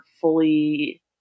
fully